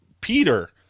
Peter